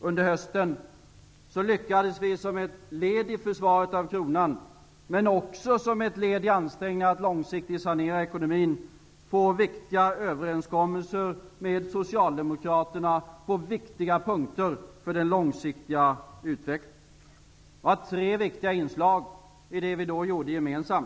Under hösten lyckades vi som ett led i försvaret av kronan, men också som ett led i ansträngningarna att långsiktigt sanera ekonomin, att få till stånd viktiga överenskommelser med Socialdemokraterna på viktiga punkter för den långsiktiga utvecklingen. Det fanns tre viktiga inslag i det vi då gjorde gemensamt.